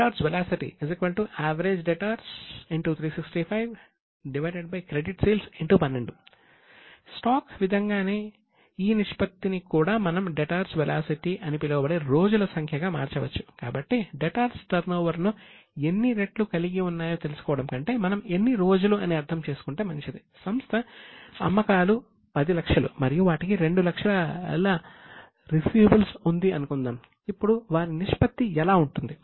average debtors 365 debtors velocity credit sales 12 stock విధంగానే ఈ నిష్పత్తిని కూడా మనం డెటార్స్ వెలాసిటీ ఉంది అనుకుందాం ఇప్పుడు వారి నిష్పత్తి ఎలా ఉంటుంది